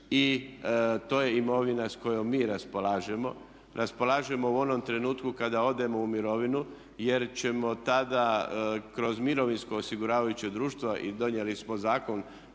i to je imovina sa kojom mi raspolažemo, raspolažemo u onom trenutku kada odemo u mirovinu jer ćemo tada kroz mirovinsko osiguravajuće društvo i donijeli smo zakon,